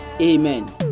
Amen